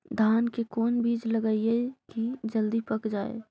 धान के कोन बिज लगईयै कि जल्दी पक जाए?